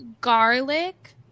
garlic